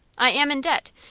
i am in debt,